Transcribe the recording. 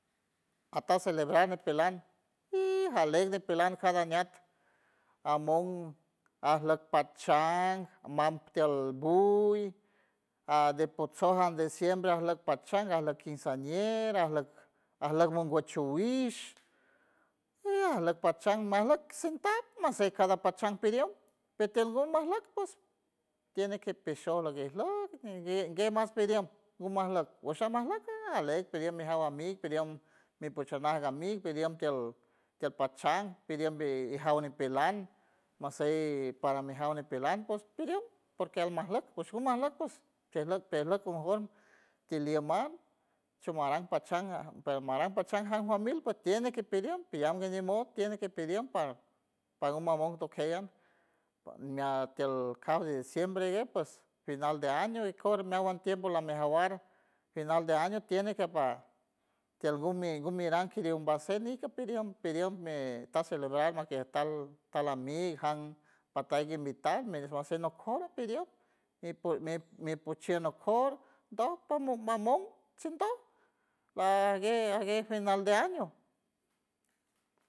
Ajta celebrar ñipelan y ajlegre ñipelan cada añak amon ajlack pachan mam tiel buy adepotchoj an diciembre ajlock pachan ajlock quinceañera, ajlock ajlock monguchu wish y ajlock pachan majlack sentad mashey cada pachan pidiem, petel ngu majlock ps tiene que pishoj laguejleck gue mas pidiem nguma ajlock wusha majlock ajlegr pidiem mi jaw amig pidiem mi pochojnaj kej pidiem tiel tiel pachan pidiem bi ijaw ñipelan mashey para mijaw ñipelan ps pidiem porque almajlock ps ngu majlock ps chijlock tijlock conforme tiliem mam shumaran pachan permaran pachan jan famil ps tiene que pidiem piyam nguiñe mi ni mod tiene que pidiem par- pargum ngu mamon tokey mia tiel cabo de diciembre guej ps final de año ikor meawan tiempo lamejawar final de año tiene kej pa tiel gumi gumiram kidiom mbashey ik pidiem pidiem mi taj celebrar maj kiej tal- tal amig jan pataguey invitar mijloj nocor pidiow mi- mipochien nocor ndoj paj pamomamon chindor ajgue ajgue final de año.